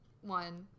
one